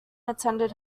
attend